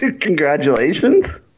Congratulations